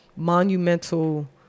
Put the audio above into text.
monumental